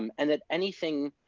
um and that anything,